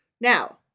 now